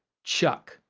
chuck.